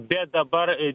bet dabar į